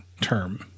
term